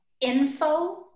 info